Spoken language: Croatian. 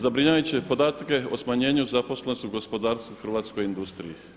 Zabrinjavajuće podatke o smanjenju zaposlenosti u gospodarstvu, hrvatskoj industriji.